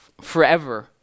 forever